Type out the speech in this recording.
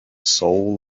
soul